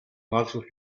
largely